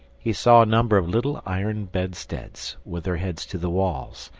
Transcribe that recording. he saw a number of little iron bedsteads, with their heads to the walls,